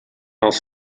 els